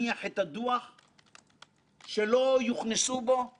לא נדרשת הבהרה,